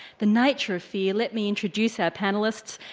the nature of fear. let me introduce our panellists.